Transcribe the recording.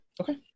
Okay